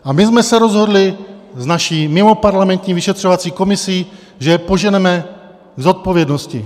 A my jsme se rozhodli s naší mimoparlamentní vyšetřovací komisí, že je poženeme k zodpovědnosti.